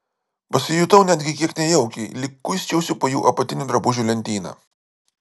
pasijutau netgi kiek nejaukiai lyg kuisčiausi po jų apatinių drabužių lentyną